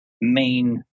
main